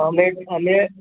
અમે અમે